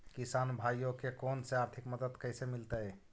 किसान भाइयोके कोन से आर्थिक मदत कैसे मीलतय?